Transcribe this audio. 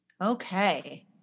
Okay